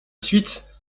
suite